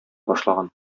башлаган